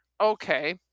Okay